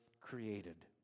created